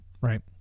Right